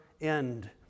end